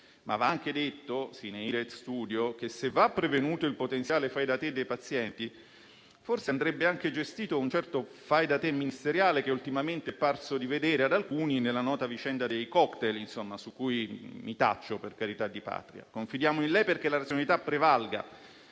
Va però anche detto, *sine ira et studio*, che se va prevenuto il potenziale fai da te dei pazienti, forse andrebbe anche gestito un certo fai da te ministeriale, che ultimamente è parso di vedere ad alcuni nella nota vicenda dei *cocktail*, su cui mi taccio, per carità di patria. Confidiamo in lei perché la razionalità prevalga.